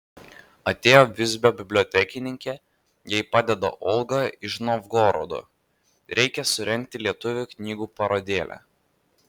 atėjo visbio bibliotekininkė jai padeda olga iš novgorodo reikia surengti lietuvių knygų parodėlę